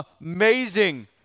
amazing